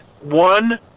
one